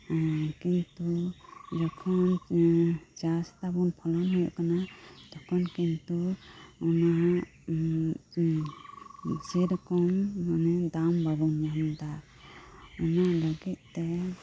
ᱠᱤᱱᱛᱩ ᱡᱚᱠᱷᱚᱱᱪᱟᱥᱫᱟᱵᱩ ᱯᱷᱚᱞᱚᱱ ᱦᱩᱭᱩᱜ ᱠᱟᱱᱟ ᱛᱚᱠᱷᱚᱱ ᱠᱤᱱᱛᱩ ᱚᱱᱟ ᱥᱮᱨᱚᱠᱚᱢ ᱢᱟᱱᱮ ᱫᱟᱢ ᱵᱟᱵᱩᱱ ᱧᱟᱢᱫᱟ ᱚᱱᱟ ᱞᱟᱹᱜᱤᱫ ᱛᱮ